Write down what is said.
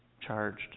charged